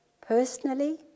personally